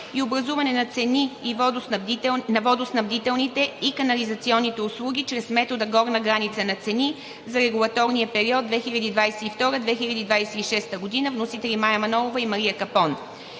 и образуване на цени на водоснабдителните и канализационните услуги чрез метода „горна граница на цени“ за регулаторния период 2022 – 2026 г. Вносители – Мая Манолова и Мария Капон.